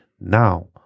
Now